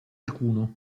alcuno